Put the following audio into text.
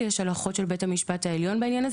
יש ההלכות של בית המשפט העליון בעניין הזה